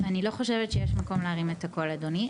אני לא חושבת שיש מקום להרים את הקול אדוני,